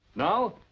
Now